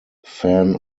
fan